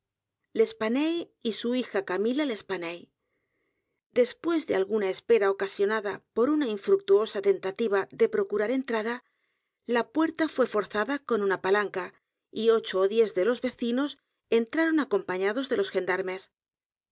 l'espanaye y su hija camila l'espanaye después de alguna espera ocasionada por una infructuosa tentativa de procurar entrada la puerta fué forzada con una palanca y ocho ó diez délos vecinos entraron acompañados por los g